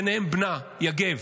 בהם בנה יגב.